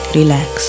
relax